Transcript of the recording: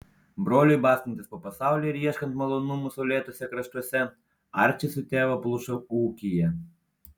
broliui bastantis po pasaulį ir ieškant malonumų saulėtuose kraštuose arčis su tėvu plušo ūkyje